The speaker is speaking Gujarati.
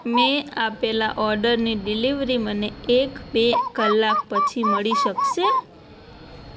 મેં આપેલા ઓર્ડરની ડિલિવરી મને એક બે કલાક પછી મળી શકશે